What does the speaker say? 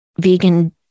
vegan